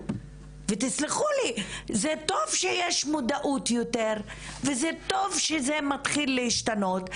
ותסלחו לי - זה טוב שיש יותר מודעות וזה טוב שזה מתחיל להשתנות,